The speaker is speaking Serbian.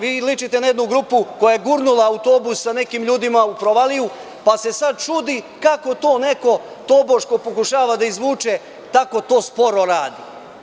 Vi ličite na jednu grupu koja je gurnula autobus sa nekim ljudima u provaliju pa se sada čudi kako to neko tobož pokušava da izvuče, kako to sporo radi.